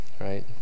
right